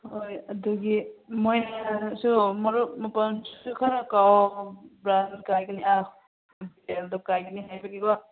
ꯍꯣꯏ ꯑꯗꯨꯒꯤ ꯃꯣꯏꯁꯨ ꯃꯔꯨꯞ ꯃꯄꯥꯡꯁꯨ ꯈꯔ ꯀꯧꯔꯣ ꯕ꯭ꯔꯥꯥꯟ ꯀꯥꯏꯒꯅꯤ ꯍꯥꯏꯕꯒꯤꯀꯣ